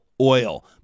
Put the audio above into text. oil